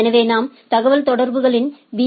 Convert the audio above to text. எனவே நாம் தகவல்தொடர்புகளில் பி